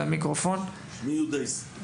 שמי יהודה ישראלי,